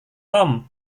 tom